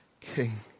king